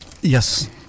Yes